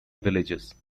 villages